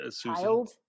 child